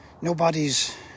nobody's